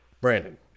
brandon